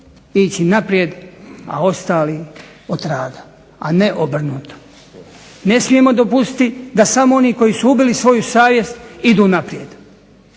ići naprijed, a ostali otraga a ne obrnuto. Ne smijemo dopustiti da samo oni koji su ubili svoju savjest idu naprijed.